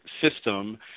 system